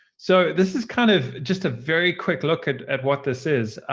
so this is kind of just a very quick look at at what this is.